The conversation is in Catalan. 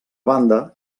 banda